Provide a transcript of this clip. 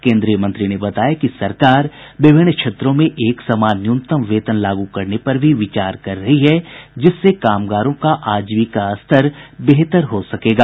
केंद्रीय मंत्री ने बताया कि सरकार विभिन्न क्षेत्रों में एक समान न्यूनतम वेतन लागू करने पर भी विचार कर रही है जिससे कामगारों का आजीविका स्तर बेहतर हो सकेगा